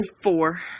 four